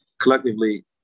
collectively